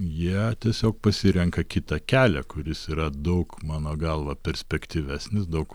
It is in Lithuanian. jie tiesiog pasirenka kitą kelią kuris yra daug mano galva perspektyvesnis daug